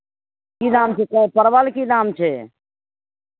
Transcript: की दाम छै परवल की दाम छै